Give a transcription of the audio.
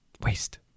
Waste